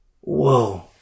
Whoa